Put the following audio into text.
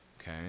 okay